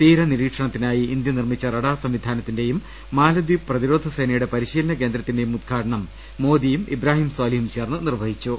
തീര നിരീക്ഷണത്തിനായി ഇന്ത്യ നിർമ്മിച്ച റഡാർ സംവി ധാനത്തിന്റെയും മാലദ്വീപ് പ്രതിരോധ സേനയുടെ പരിശീലന കേന്ദ്രത്തിന്റെയും ഉദ്ഘാടനം മോദിയും ഇബ്രാഹിം സ്വാലിഹും ചേർന്ന് നിർവ്വഹിച്ചു